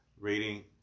reading